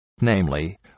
namely